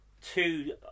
two